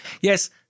Yes